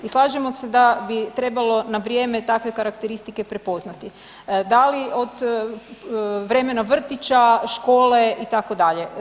I slažemo se da bi trebalo na vrijeme takve karakteristike prepoznati da li od vremena vrtića, škola itd.